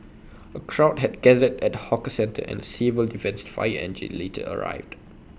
A crowd had gathered at the hawker centre and A civil defence fire engine later arrived